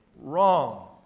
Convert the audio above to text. Wrong